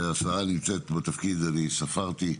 והשרה נמצאת בתפקיד, ואני ספרתי,